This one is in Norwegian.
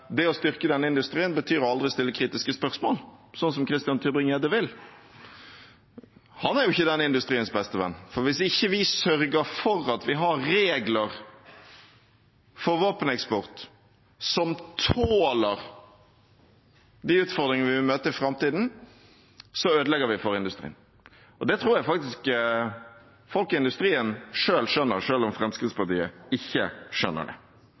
det å styrke denne industrien betyr å aldri stille kritiske spørsmål, slik Christian Tybring-Gjedde vil. Han er jo ikke denne industriens beste venn, for hvis ikke vi sørger for at vi har regler for våpeneksport som tåler de utfordringene vi vil møte i framtiden, ødelegger vi for industrien. Det tror jeg faktisk folk i industrien selv skjønner, selv om Fremskrittspartiet ikke skjønner det.